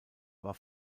war